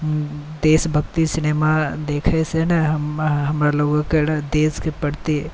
देशभक्ति सिनेमा देखै से ने हमर लोकके देशके प्रति